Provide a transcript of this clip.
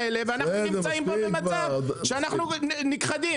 ואנחנו נמצאים פה במצב שאנחנו נכחדים.